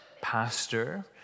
pastor